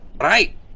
Right